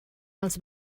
els